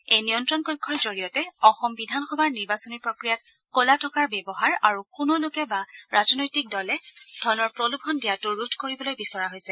এই নিয়ন্ত্ৰণ কক্ষৰ জৰিয়তে অসম বিধানসভাৰ নিৰ্বাচনী প্ৰক্ৰিয়াত ক'লা টকাৰ ব্যৱহাৰ আৰু কোনো লোকে বা ৰাজনৈতিক দলে ধনৰ প্ৰলোভন দিয়াটো ৰোধ কৰিবলৈ বিচৰা হৈছে